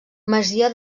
masia